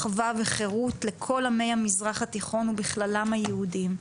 אחווה וחירות לכל עמי המזרח התיכון ובכללם היהודים.